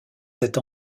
cette